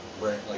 right